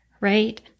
right